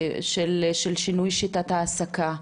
של שינוי שיטת העסקה?